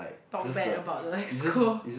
talk bad about the Exco